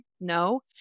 No